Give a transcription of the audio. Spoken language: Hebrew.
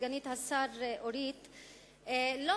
סגנית השר אורית נוקד,